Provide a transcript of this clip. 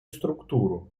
структуру